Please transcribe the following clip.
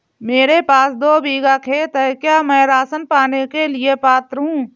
मेरे पास दो बीघा खेत है क्या मैं राशन पाने के लिए पात्र हूँ?